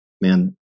man